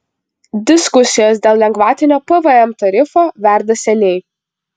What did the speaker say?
diskusijos dėl lengvatinio pvm tarifo verda seniai